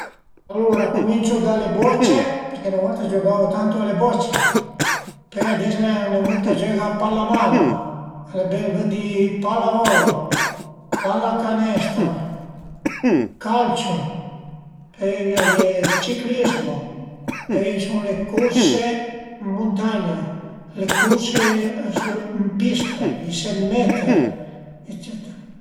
Alura cuminciu da le boce përché 'na volta giügavu tantu a le boce, pöi ades l'ai ën nevud ch'a giöga a pallamano, al e bel vëddi pallavolo, pallacanestro, calcio, pöi a ie ël ciclizmo, pöi a i sun le curse ën muntagna, le curse ën pista, i cent meter eccetera